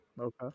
okay